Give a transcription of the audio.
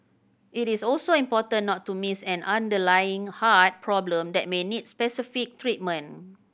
it is also important not to miss an underlying heart problem that may need specific treatment